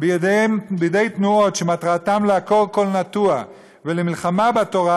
בידי תנועות שמטרתן לעקור כל נטוע ומלחמה בתורה,